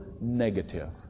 negative